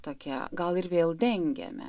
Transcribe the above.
tokia gal ir vėl dengiame